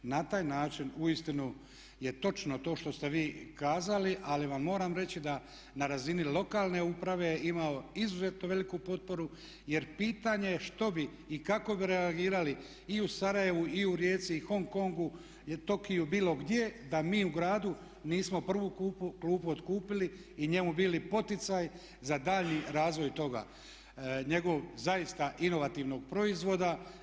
Na taj način uistinu je točno to što ste vi kazali, ali vam moramo reći da na razini lokalne uprave je imao izuzetno veliku potporu jer pitanje je što bi i kako bi reagirali i u Sarajevu, i u Rijeci, i Hong Kongu, Tokiju bilo gdje da mi u gradu nismo prvu klupu otkupili i njemu bili poticaj za daljnji razvoj toga njegovog zaista inovativnog proizvoda.